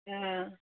অঁ